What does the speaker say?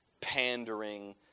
pandering